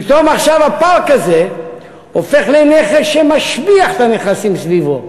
פתאום עכשיו הפארק הזה הופך לנכס שמשביח את הנכסים סביבו.